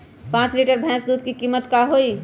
पाँच लीटर भेस दूध के कीमत का होई?